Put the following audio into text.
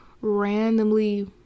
randomly